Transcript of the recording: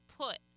put